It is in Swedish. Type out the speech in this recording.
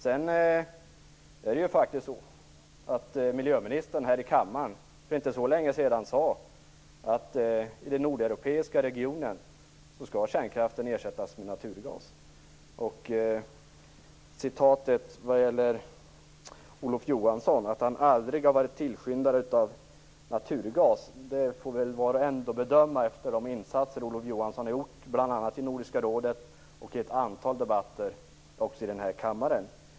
Sedan sade ju miljöministern här i kammaren för inte så länge sedan att kärnkraften skall ersättas med naturgas i den nordeuropeiska regionen. Citatet om att Olof Johansson aldrig har varit tillskyndare av naturgas får väl var och en bedöma efter de insatser Olof Johansson har gjort, bl.a. i Nordiska rådet och i ett antal debatter här i kammaren.